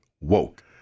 woke